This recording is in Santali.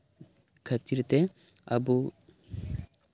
ᱠᱷᱟᱹᱛᱤᱨ ᱛᱮ ᱟᱵᱚ